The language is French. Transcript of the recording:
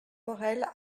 morel